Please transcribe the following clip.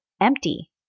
empty